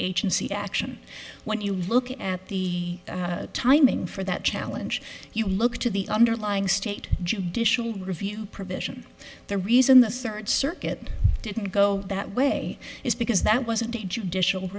agency action when you look at the timing for that challenge you look to the underlying state judicial review provision the reason the third circuit didn't go that way is because that wasn't a judicial